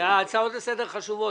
הצעות לסדר חשובות.